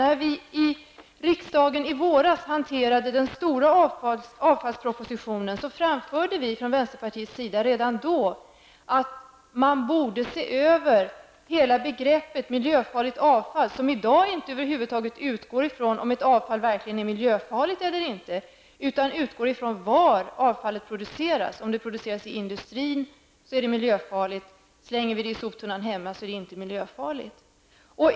Redan när vi i våras i riksdagen behandlade den stora avfallspropositionen framförde vi från vänsterpartiets sida att man borde se över hela begreppet miljöfarligt avfall, som i dag över huvud taget inte utgår från om avfallet verkligen är miljöfarligt eller inte utan utgår från var avfallet produceras -- om det produceras i industrin är det miljöfarligt, slänger vi det i soptunnan hemma är det inte miljöfarligt.